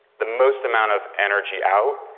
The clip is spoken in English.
the most amount of energy out,